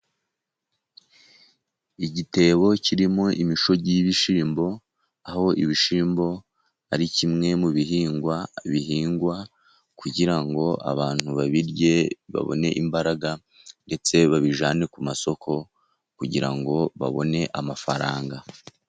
Igitebo kirimo imishogi y'ibishyimbo aho ibishyimbo ari kimwe mu bihingwa bihingwa kugira ngo abantu babirye babone imbaraga ndetse babijyane ku masoko kugira ngo babone amafaranga.